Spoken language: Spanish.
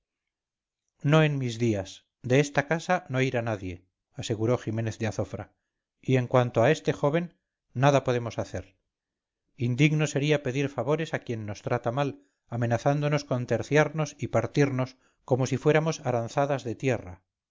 no en mis días de esta casa no irá nadie aseguró ximénez de azofra y en cuanto a este joven nada podemos hacer indigno sería pedir favores a quien nos trata mal amenazándonos con terciarnos y partirnos como si fuéramos aranzadas de tierra